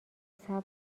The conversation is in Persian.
صبر